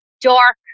dark